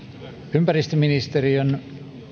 ympäristöministeriön